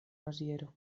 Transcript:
maziero